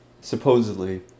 supposedly